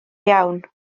iawn